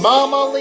Mama